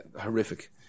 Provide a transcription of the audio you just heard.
horrific